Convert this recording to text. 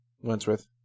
Wentworth